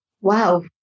Wow